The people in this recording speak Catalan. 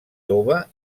tova